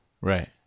Right